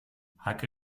hacke